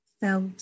felt